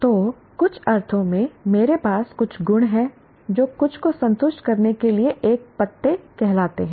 तो कुछ अर्थों में मेरे पास कुछ गुण हैं जो कुछ को संतुष्ट करने के लिए एक पत्ते कहलाते हैं